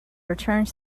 returned